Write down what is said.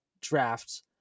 drafts